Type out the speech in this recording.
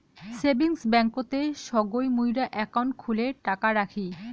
savings ব্যাংকতে সগই মুইরা একাউন্ট খুলে টাকা রাখি